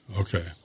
Okay